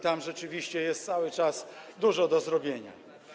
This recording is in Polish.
Tam rzeczywiście jest cały czas dużo do zrobienia.